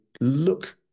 look